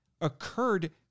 occurred